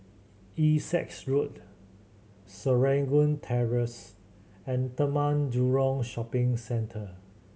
Essex Road Serangoon Terrace and Taman Jurong Shopping Centre